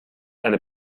eine